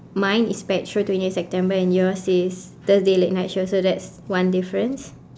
mine is pet show twentieth september and yours is thursday late night show so that's one difference